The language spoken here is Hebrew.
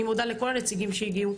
אני מודה לכל הנציגים שהגיעו.